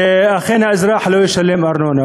והאזרח לא ישלם ארנונה.